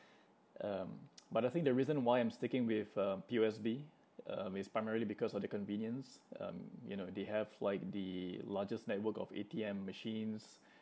um but I think the reason why I'm sticking with um P_O_S_B um is primarily because of the convenience um you know they have like the largest network of A_T_M machines